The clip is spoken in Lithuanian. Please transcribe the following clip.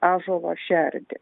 ąžuolo šerdį